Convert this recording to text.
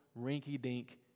rinky-dink